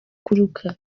kuruka